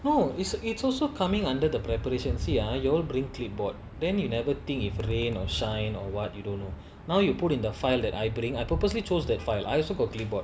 no it's it's also coming under the preparation you see ah you all bring clipboard then you'd never think if rain or shine or what you don't know now you put in the file that I bring I purposely chose that file I also got clipboard